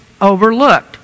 overlooked